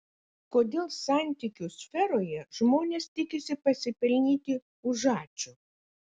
kodėl santykių sferoje žmonės tikisi pasipelnyti už ačiū